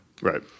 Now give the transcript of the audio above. Right